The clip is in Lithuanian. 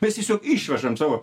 mes tiesiog išvežam savo